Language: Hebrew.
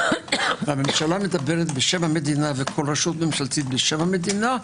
והממשלה מדברת בשם המדינה וכל רשות ממשלתית בשם המדינה,